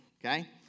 okay